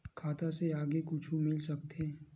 खाता से आगे कुछु मिल सकथे?